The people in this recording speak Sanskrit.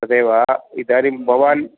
तदेव इदानीं भवान्